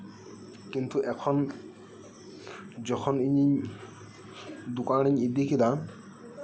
ᱠᱤᱱᱛᱩ ᱮᱠᱷᱚᱱ ᱡᱚᱠᱷᱚᱱ ᱤᱧᱤᱧ ᱫᱚᱠᱟᱱᱤᱧ ᱤᱫᱤ ᱠᱮᱫᱟ